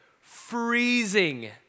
freezing